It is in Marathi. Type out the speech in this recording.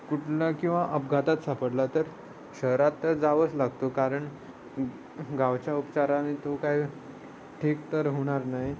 कुठून किंवा अपघातात सापडला तर शहरात तर जावंच लागतो कारण गावच्या उपचारांनी तो काय ठीक तर होणार नाही